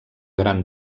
gran